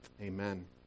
amen